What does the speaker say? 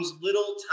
little